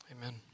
Amen